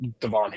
Devon